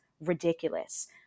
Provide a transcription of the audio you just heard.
ridiculous